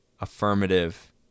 affirmative